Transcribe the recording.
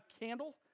candle